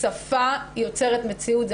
שפה יוצרת מציאות.